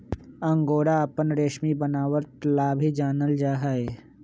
angora अपन रेशमी बनावट ला भी जानल जा हई